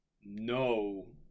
no